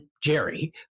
Jerry